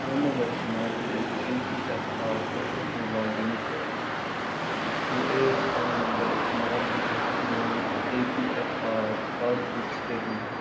phone number استعمال کٔرِتھ E P F O portals مَنٛز لاگ اِن تہٕ یو اے ایٚن نمبر اِستعمال کٔرِتھ میٚون E P F O passbook statement حٲ